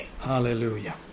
Hallelujah